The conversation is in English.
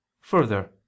further